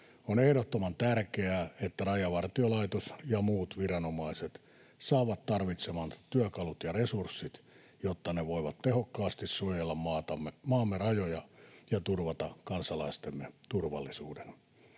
On ehdottoman tärkeää, että Rajavartiolaitos ja muut viranomaiset saavat tarvitsemansa työkalut ja resurssit, jotta ne voivat tehokkaasti suojella maamme rajoja ja turvata kansalaistemme turvallisuuden.